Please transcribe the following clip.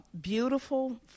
beautiful